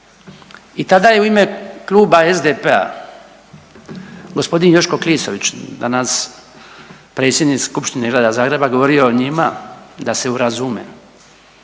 I tada je u ime kluba SDP-a g. Joško Klisović danas predsjednik Skupštine grada Zagreba govorio njima da se urazume,